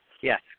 Yes